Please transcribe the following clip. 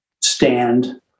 stand